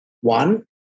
one